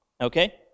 Okay